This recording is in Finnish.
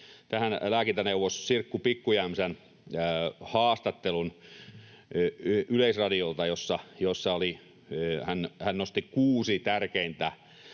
tähän lääkintöneuvos Sirkku Pikkujämsän haastattelun Yleisradiolta. Siinä hän nosti kuusi tärkeintä